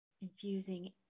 infusing